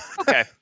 Okay